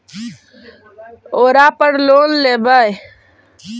ओरापर लोन लेवै?